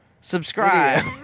Subscribe